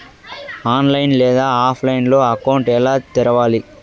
online లేదా ఆఫ్లైన్లో account ఎలా తెరవాలి